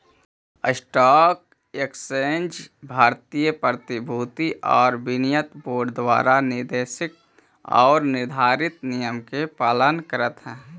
stock exchange भारतीय प्रतिभूति आउ विनिमय बोर्ड द्वारा निर्देशित आऊ निर्धारित नियम के पालन करऽ हइ